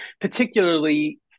particularly